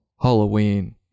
Halloween